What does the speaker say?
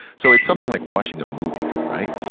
so it's something like watching a movie, right?